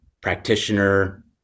practitioner